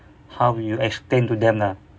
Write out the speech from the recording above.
how would you explain to them lah